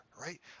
right